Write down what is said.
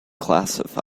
classify